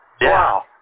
Wow